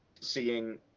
seeing